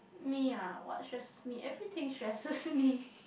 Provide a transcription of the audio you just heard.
me ah what stresses me everything stresses me